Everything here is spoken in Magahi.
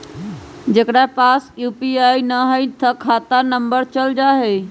जेकरा पास यू.पी.आई न है त खाता नं पर चल जाह ई?